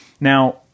Now